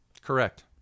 Correct